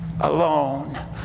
alone